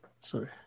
Sorry